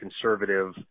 conservative